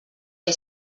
què